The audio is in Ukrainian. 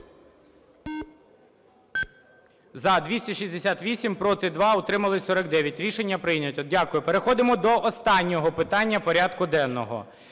За-268 Проти – 2, утрималися – 49. Рішення прийнято. Дякую. Переходимо до останнього питання порядку денного.